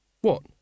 What